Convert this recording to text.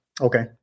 Okay